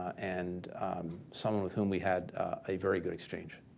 and someone with whom we had a very good exchange.